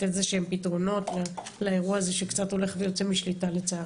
איזה שהם פתרונות לאירוע הזה שקצת הולך ויוצא משליטה לצערי.